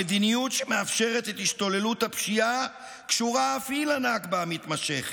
המדיניות שמאפשרת את השתוללות הפשיעה קשורה אף היא לנכבה המתמשכת,